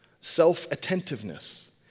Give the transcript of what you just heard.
self-attentiveness